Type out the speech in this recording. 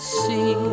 see